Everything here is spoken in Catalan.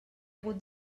hagut